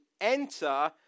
Enter